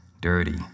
dirty